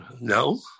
no